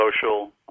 social